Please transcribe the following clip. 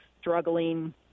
struggling